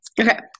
Okay